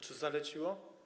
Czy zaleciło.